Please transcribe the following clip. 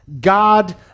God